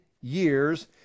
years